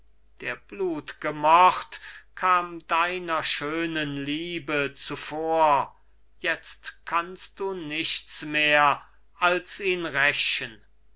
der blut'ge mord kam deiner schönen liebe zuvor jetzt kannst du nichts mehr als ihn rächen